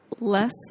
less